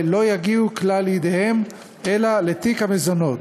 לא יגיעו כלל לידיהם אלא לתיק המזונות.